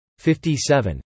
57